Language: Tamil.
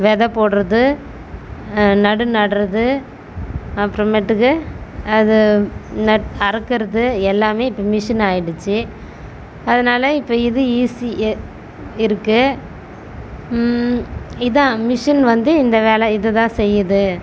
வித போடுறது நடவு நடுறது அப்புறமேட்டுக்கு அதை நட் அறுக்கறது எல்லாம் இப்போ மிஷின் ஆகிடுச்சி அதனால இப்போ இது ஈஸியாக இருக்கது இதான் மிஷின் வந்து இந்த வேலை இதுதான் செய்யுது